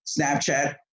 Snapchat